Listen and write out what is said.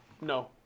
No